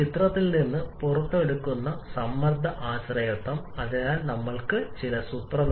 56 kilogram stoichiometric വായു വരുന്നു ഇന്ധന അനുപാതം